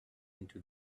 into